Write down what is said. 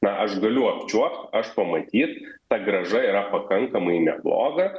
na aš galiu apčiuopt aš pamatyt ta grąža yra pakankamai nebloga